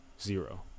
Zero